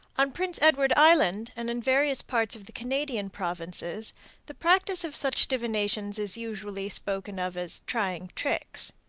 on prince edward island and in various parts of the canadian provinces the practice of such divinations is usually spoken of as trying tricks.